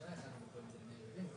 על המרחק שהוא בין זה לבין בית מגורים,